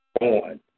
on